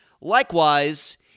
Likewise